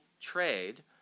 trade